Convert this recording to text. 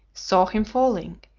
saw him falling,